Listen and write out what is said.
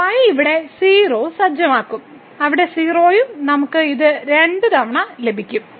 y ഇവിടെ 0 സജ്ജമാക്കും അവിടെ 0 ഉം നമുക്ക് ഇത് 2 തവണ ലഭിക്കും